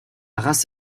race